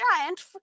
giant